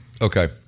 Okay